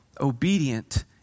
obedient